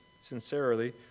sincerely